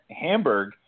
Hamburg